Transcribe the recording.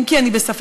אם כי אני בספק,